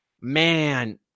man